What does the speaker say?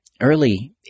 Early